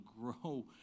grow